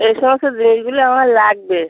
এই সমস্ত জিনিসগুলি আমার লাগবে